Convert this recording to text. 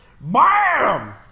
Bam